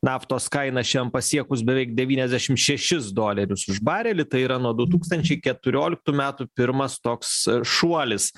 naftos kaina šiandien pasiekus beveik devyniasdešim šešis dolerius už barelį tai yra nuo du tūkstančiai keturioliktų metų pirmas toks šuolis